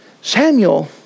Samuel